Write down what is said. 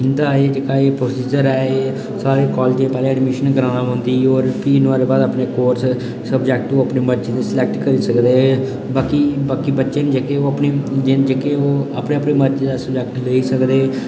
इं'दा एह् जेह्का एह् प्रोसिजर ऐ एह् साढ़े कालजें च पैह्लें एह् एडमीशन कराना पौंदी होर फ्ही नुहाड़े बाद अपने कोर्स सब्जैक्ट अपने मर्जी दे स्लैक्ट करी सकदे बाकी बाकी बच्चे न जेह्के ओह् अपनी जेह्के ओह् अपनी अपनी मर्जी दा सब्जैक्ट लेई सकदे